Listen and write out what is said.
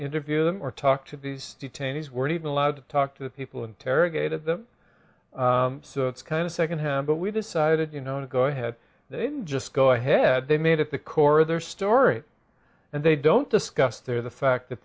interview them or talk to these detainees were even allowed to talk to the people interrogated them so it's kind of secondhand but we decided you know to go ahead they didn't just go ahead they made at the core of their story and they don't discuss their the fact that